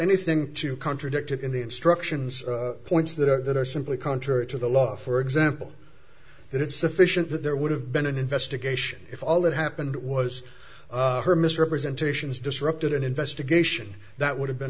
anything to contradict it in the instructions points that are simply contrary to the law for example that it's sufficient that there would have been an investigation if all that happened was her misrepresentations disrupted an investigation that would have been